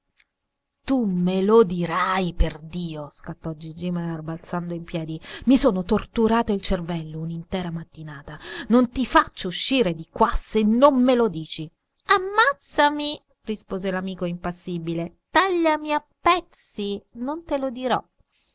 tu me lo dirai perdio scattò gigi mear balzando in piedi i sono torturato il cervello un'intera mattinata non ti faccio uscire di qua se non me lo dici ammazzami rispose l'amico impassibile tagliami a pezzi non te lo dirò